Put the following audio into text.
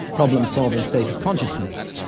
problem-solving state of consciousness.